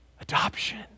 Adoption